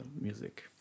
music